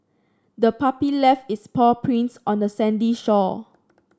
the puppy left its paw prints on the sandy shore